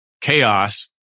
chaos